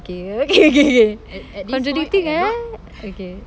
okay okay okay okay contradicting ah okay